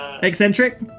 Eccentric